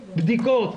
בדיקות.